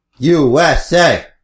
USA